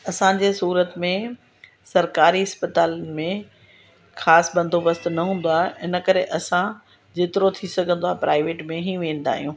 असांजे सूरत में सरकारी अस्पतालनि में ख़ासि बंदोबस्तु न हूंदो आहे इन करे असां जेतिरो थी सघंदो आहे प्राइवेट में ई वेंदा आहियूं